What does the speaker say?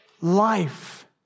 life